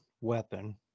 weapon